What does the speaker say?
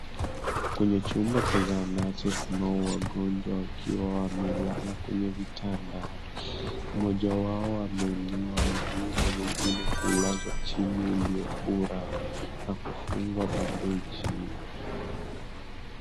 Kwenye chumba cha zahanati kunao wagonjwa wakiwa wamelala kwenye vitanda. Mmoja wao ameinua mguu na mwingine kulazwa chini uliofura na kufungwa bandeji.